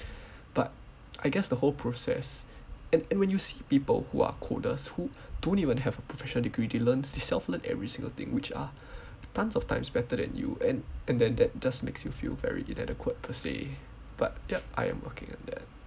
but I guess the whole process and and when you see people who are coders who don't even have a professional degree they learn themselves they self learn every single thing which are tons of times better than you and then that does make you feel very inadequate per se but yup I am okay with that